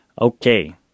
Okay